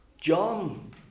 John